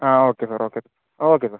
ആ okay sir okay okay sir